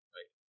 Right